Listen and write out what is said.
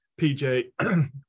PJ